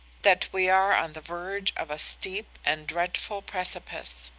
that we are on the verge of a steep and dreadful precipice?